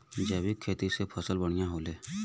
जैविक खेती से फसल बढ़िया होले